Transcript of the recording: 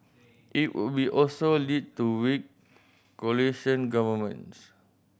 it would be also lead to weak coalition governments